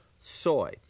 soy